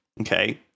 okay